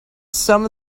some